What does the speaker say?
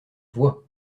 voix